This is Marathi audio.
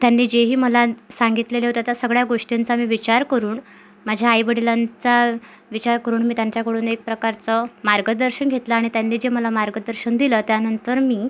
त्यांनी जेही मला सांगितलेले होते त्या सगळ्या गोष्टींचा मी विचार करून माझ्या आईवडिलांचा विचार करून मी त्यांच्याकडून एक प्रकारचं मार्गदर्शन घेतलं आणि त्यांनी जे मला मार्गदर्शन दिलं त्यानंतर मी